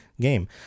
game